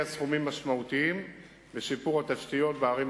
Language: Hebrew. סכומים משמעותיים לשיפור התשתיות בערים,